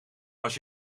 als